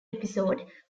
episode